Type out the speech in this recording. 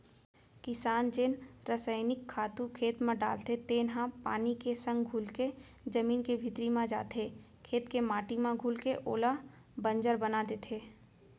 किसान जेन रसइनिक खातू खेत म डालथे तेन ह पानी के संग घुलके जमीन के भीतरी म जाथे, खेत के माटी म घुलके ओला बंजर बना देथे